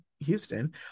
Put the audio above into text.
Houston